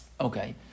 Okay